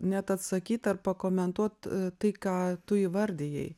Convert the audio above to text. net atsakyt ar pakomentuot tai ką tu įvardijai